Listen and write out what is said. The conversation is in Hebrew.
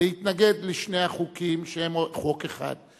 להתנגד לשני החוקים שהם חוק אחד.